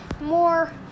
more